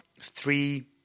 three